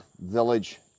village